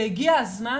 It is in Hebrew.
והגיע הזמן